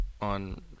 on